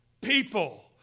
people